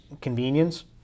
convenience